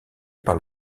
par